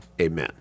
Amen